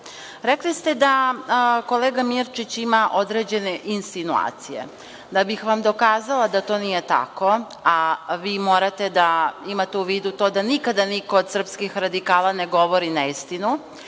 Rekli ste da kolega Mirčić ima određene insinuacije. Da bih vam dokazala da to nije tako, a vi morate da imate u vidu to da nikad niko od srpskih radikala ne govori neistinu